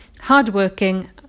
hardworking